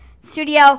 Studio